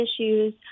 issues